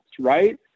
Right